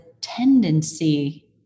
tendency